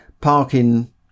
parking